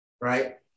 right